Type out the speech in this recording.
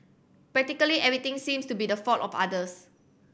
practically everything seems to be the fault of others